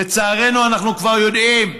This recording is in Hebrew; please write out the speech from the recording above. לצערנו, אנחנו כבר יודעים: